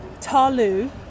Talu